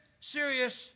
serious